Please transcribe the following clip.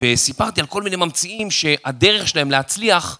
וסיפרתי על כל מיני ממציאים שהדרך שלהם להצליח